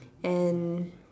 and